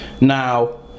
Now